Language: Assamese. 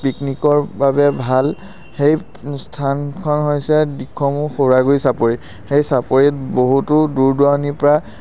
পিকনিকৰ বাবে ভাল সেই স্থানখন হৈছে দিখৌমুখ সৌৰাগুৰি চাপৰি সেই চাপৰিত বহুতো দূৰ দূৰণিৰপৰা